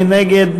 מי נגד?